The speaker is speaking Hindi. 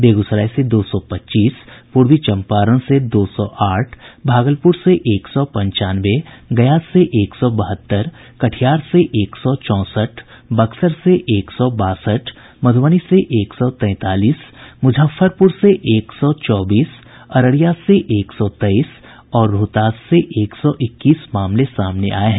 बेगूसराय से दो सौ पच्चीस पूर्वी चंपारण से दो सौ आठ भागलपुर से एक सौ पंचानवे गया से एक सौ बहत्तर कटिहार से एक सौ चौंसठ बक्सर से एक सौ बासठ मधुबनी से एक सौ तैंतालीस मुजफ्फरपुर से एक सौ चौबीस अररिया से एक सौ तेईस और रोहतास से एक सौ इक्कीस मामले सामने आये हैं